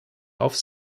aufs